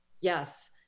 Yes